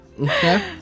Okay